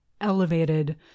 elevated